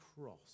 cross